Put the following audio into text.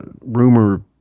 rumor